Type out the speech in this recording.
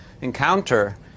encounter